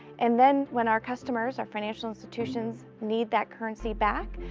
and then when our customers, or financial institutions need that currency back,